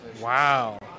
Wow